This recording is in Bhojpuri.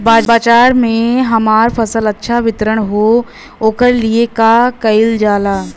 बाजार में हमार फसल अच्छा वितरण हो ओकर लिए का कइलजाला?